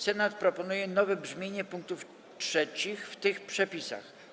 Senat proponuje nowe brzmienie punktów trzecich w tych przepisach.